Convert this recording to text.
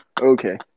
okay